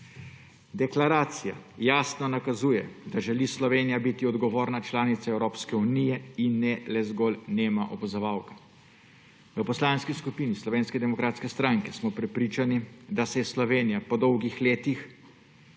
Deklaracija jasno nakazuje, da želi Slovenija biti odgovorna članica Evropske unije in ne le zgolj nema opazovalka. V Poslanski skupini Slovenske demokratske stranke smo prepričani, da se Slovenija po dolgih letih